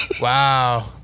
Wow